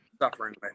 suffering